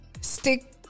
Stick